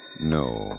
No